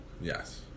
yes